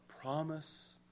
promise